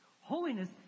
Holiness